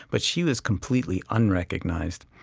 but she was completely unrecognized.